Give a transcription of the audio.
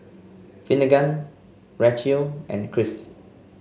Finnegan Racheal and Cris